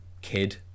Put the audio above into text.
kid